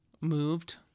Moved